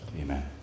Amen